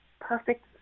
perfect